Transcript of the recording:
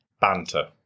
banter